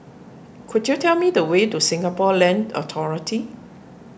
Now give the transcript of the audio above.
could you tell me the way to Singapore Land Authority